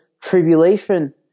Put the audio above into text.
tribulation